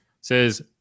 says